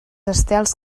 estels